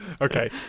okay